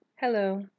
Hello